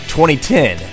2010